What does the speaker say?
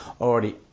Already